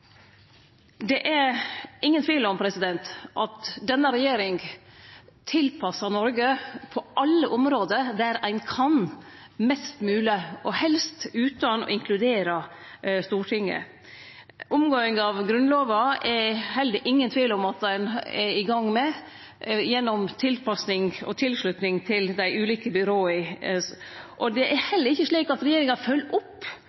Det er ingen tvil om at denne regjeringa tilpassar Noreg på alle område der ein kan, mest mogleg og helst utan å inkludere Stortinget. Å omgå Grunnlova er det heller ingen tvil om at ein er i gang med, gjennom tilpassing og tilslutning til dei ulike byråa. Det er heller ikkje slik at ein frå regjeringas side følgjer opp